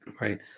right